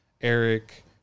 Eric